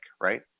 right